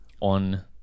on